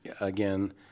again